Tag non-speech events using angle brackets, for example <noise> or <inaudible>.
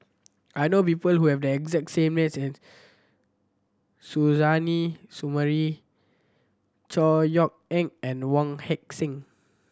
I know people who have the exact same name <unintelligible> Suzairhe Sumari Chor Yeok Eng and Wong Heck Sing